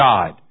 God